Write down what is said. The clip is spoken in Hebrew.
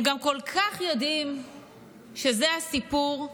הם גם כל כך יודעים שזה הסיפור,